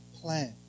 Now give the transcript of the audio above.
plan